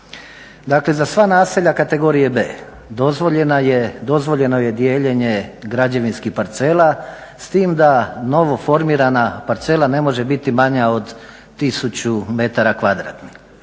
Dakle, za sva naselja kategorije B dozvoljeno je dijeljenje građevinskih parcela s tim da novoformirana parcela ne može biti manja od 100 m2. Dakle,